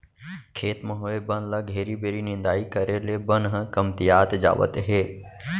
खेत म होए बन ल घेरी बेरी निंदाई करे ले बन ह कमतियात जावत हे